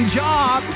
job